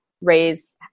raise